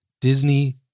Disney